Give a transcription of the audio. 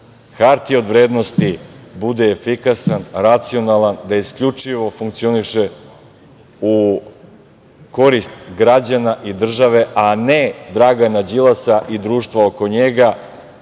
hartije od vrednosti bude efikasan, racionalan, da isključivo funkcioniše u korist građana i države, a ne Dragana Đilasa i društva oko njega,